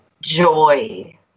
joy